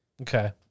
Okay